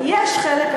יש חלק.